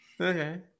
Okay